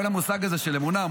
כל המושג הזה של אמונה.